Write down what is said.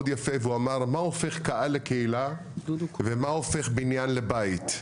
יפה והוא אמר מה הופך קהל לקהילה ומה הופך בניין לבית?